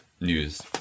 news